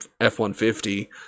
f-150